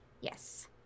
Yes